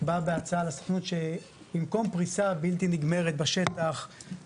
בא בהצעה לסוכנות שבמקום פריסה בלתי נגמרת בשטח,